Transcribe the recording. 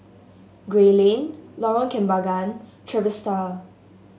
Gray Lane Lorong Kembagan Trevista